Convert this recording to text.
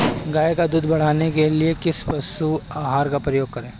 गाय का दूध बढ़ाने के लिए किस पशु आहार का उपयोग करें?